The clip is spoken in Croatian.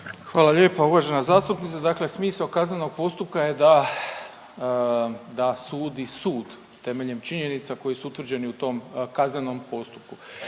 Hvala lijepa uvažena zastupnice. Dakle smisao kaznenog postupka je da, da sudi sud temeljem činjenica koji su utvrđeni u tom kaznenom postupku.